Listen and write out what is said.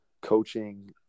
coaching